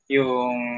yung